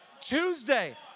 Tuesday